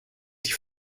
die